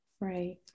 right